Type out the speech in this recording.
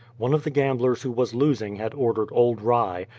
one of the gamblers who was losing had ordered old rye,